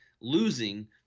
losing